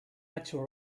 actual